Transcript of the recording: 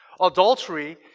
Adultery